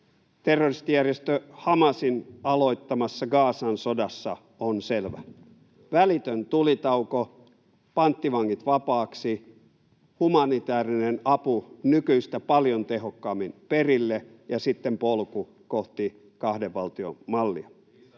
terroristijärjestö Hamasin aloittamassa Gazan sodassa on selvä: välitön tulitauko, panttivangit vapaaksi, humanitäärinen apu nykyistä paljon tehokkaammin perille ja sitten polku kohti kahden valtion mallia.